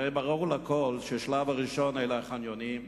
הרי ברור לכול שבשלב הראשון אלו רק החניונים,